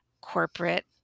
corporate